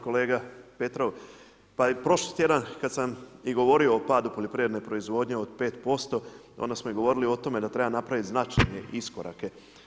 kolega Petrov, pa i prošli tjedan kad sam govorio o padu poljoprivredne proizvodnje od 5%, onda smo i govorili o tome da treba napraviti značajne iskorake.